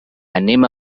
anem